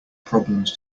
problems